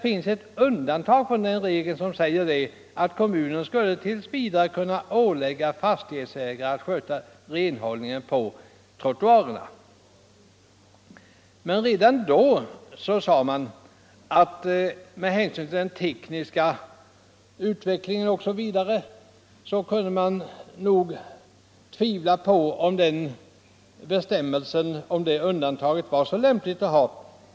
Undantaget från regeln innebar att kommunen tills vidare skulle kunna ålägga fastighetsägare att sköta renhållningen på trottoarerna. Med hänsyn till den tekniska utvecklingen osv. tvivlade man redan då på att undantaget var så lämpligt.